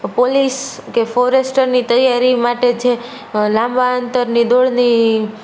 police કે ફોરેસ્ટરની તૈયારી માટે છે જે લાંબા અંતરની દોડની